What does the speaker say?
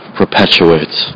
perpetuates